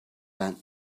bent